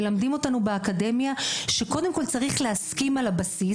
מלמדים אותנו באקדמיה שקודם כול צריך להסכים על הבסיס,